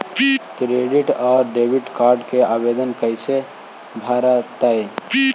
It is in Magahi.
क्रेडिट और डेबिट कार्ड के आवेदन कैसे भरैतैय?